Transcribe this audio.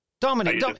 Dominic